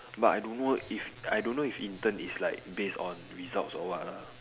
but I don't know if I don't know if intern is like based on results or what lah